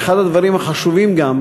שאחד הדברים החשובים הוא גם